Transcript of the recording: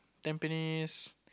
Tampines